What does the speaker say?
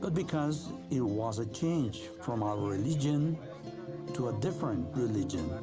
but because it was a change from our religion to a different religion.